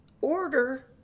order